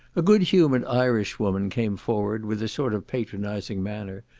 a good-humoured irish woman came forward with a sort of patronising manner,